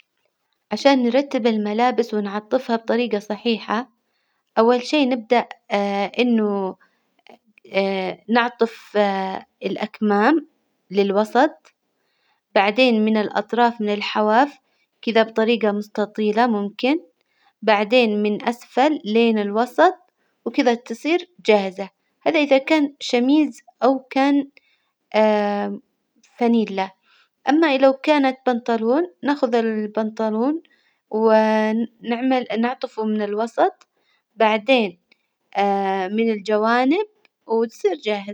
عشان نرتب الملابس ونعطفها بطريجة صحيحة أول شي نبدأ إنه نعطف الأكمام للوسط، بعدين من الأطراف من الحواف كذا بطريجة مستطيلة ممكن، بعدين من أسفل لين الوسط، وكذا تصير جاهزة، هذا إذا كان شميز أو كان فانيلة، أما لو كانت بنطلون نأخذ البنطلون ونعمل نعطفه من الوسط، بعدين من الجوانب وتصير جاهز.